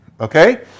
okay